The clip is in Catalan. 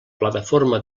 plataforma